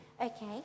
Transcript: Okay